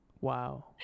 wow